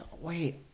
wait